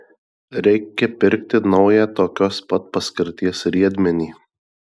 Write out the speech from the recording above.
reikia pirkti naują tokios pat paskirties riedmenį